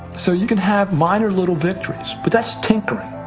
so, you can have minor little victories, but that's tinkering.